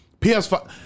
PS5